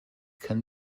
kann